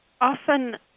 often